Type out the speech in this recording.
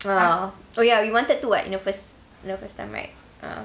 ah oh ya we wanted to what in the first in the first time right ah